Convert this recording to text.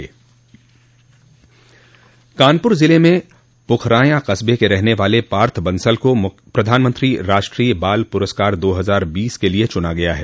कानपुर ज़िले में पुखरायां कस्बे के रहने वाले पार्थ बंसल को प्रधानमंत्री राष्ट्रीय बाल पुरस्कार दो हजार बीस के लिए चुना गया है